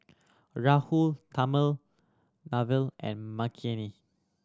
Rahul and Makineni